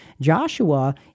Joshua